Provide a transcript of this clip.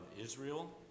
Israel